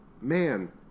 man